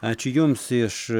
ačiū jums iš